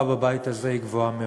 התחלופה בבית הזה היא גבוהה מאוד.